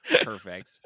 Perfect